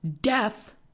death